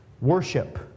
Worship